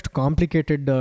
complicated